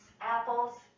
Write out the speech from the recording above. Apples